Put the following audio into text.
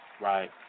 right